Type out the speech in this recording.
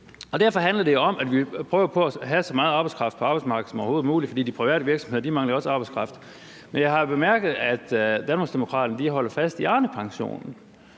Derfor handler det om, at vi prøver at have så meget arbejdskraft på arbejdsmarkedet som overhovedet muligt, for de private virksomheder mangler jo også arbejdskraft. Men jeg har bemærket, at Danmarksdemokraterne holder fast i Arnepensionen.